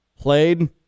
played